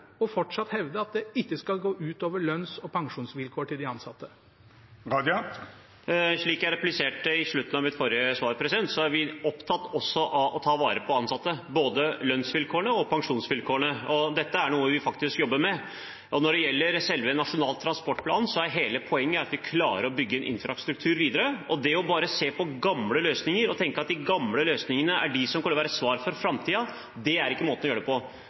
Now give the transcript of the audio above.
Raja fortsatt kunne hevde i møte med de ansatte på jernbanen – jeg vil utfordre ham til f.eks. å bli med meg og møte renholdere på jernbanen, de som vasker togene – at det ikke skal gå ut over lønns- og pensjonsvilkårene til de ansatte? Slik jeg repliserte i slutten av mitt forrige svar, er vi opptatt også av å ta vare på ansatte, både lønnsvilkårene og pensjonsvilkårene, og dette er noe vi faktisk jobber med. Når det gjelder selve Nasjonal transportplan, er hele poenget at vi klarer å bygge en infrastruktur videre, og bare å se på gamle løsninger og tenke at de gamle løsningene er det som